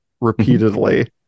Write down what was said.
repeatedly